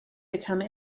become